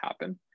happen